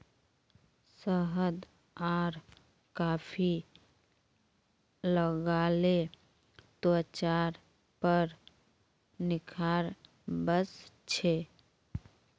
शहद आर कॉफी लगाले त्वचार पर निखार वस छे